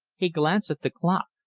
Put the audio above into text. he glanced at the clock.